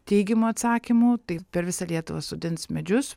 teigiamų atsakymų tai per visą lietuvą sodins medžius